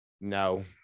No